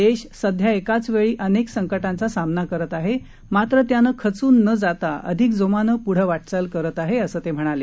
देश सध्या एकाच वेळी अनेक संकटांचा सामना करत आहे मात्र त्यानं खचून न जाता अधिक जोमानं पुढं वाटचाल करत आहे असं ते म्हणाले